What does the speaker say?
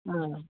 आह